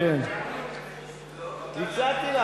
הצעתי לה,